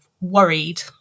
worried